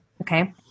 Okay